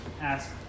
ask